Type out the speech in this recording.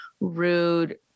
rude